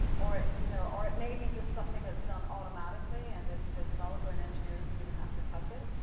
or you know or it may be just something that's done automatically and the the developer and engineer doesn't even have to touch it,